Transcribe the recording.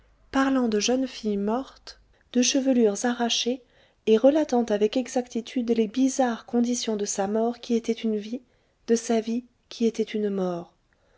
parlant de jeunes filles mortes de chevelures arrachées et relatant avec exactitude les bizarres conditions de sa mort qui était une vie de sa vie qui était une mort